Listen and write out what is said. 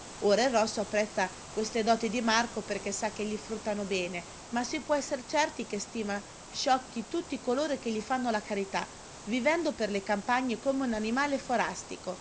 ora il rosso apprezza queste doti di marco perché sa che gli fruttano bene ma si può essere certi che stima sciocchi tutti coloro che gli fanno la